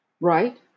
Right